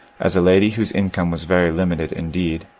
as a lady whose income was very limited indeed,